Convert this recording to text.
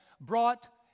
brought